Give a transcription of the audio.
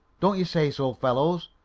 don't you say so, fellows?